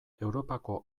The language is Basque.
europako